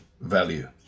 value